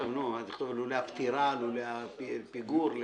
--- "שלא יגבה תשלום כלשהו ובכלל זה ריבית פיגורים